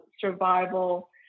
survival